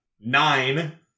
Nine